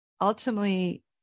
ultimately